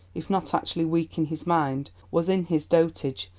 if not actually weak in his mind, was in his dotage,